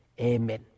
amen